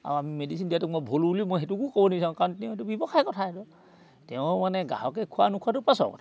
আৰু আমি মেডিচিন দিয়াটোক মই ভুল বুলি মই সেইটোও ক'ব নিবিচাৰো কাৰণ তেওঁৰ সেইটো ব্যৱসায় কথা সেইটো তেওঁ মানে গ্ৰাহকে খোৱা নোখোৱাটো পাছৰ কথা